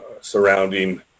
surrounding